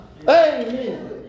Amen